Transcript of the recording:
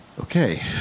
Okay